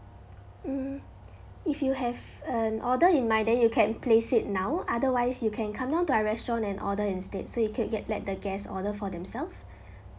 mm if you have an order in mind then you can place it now otherwise you can come down to our restaurant and order instead so you can get let the guests order for themselves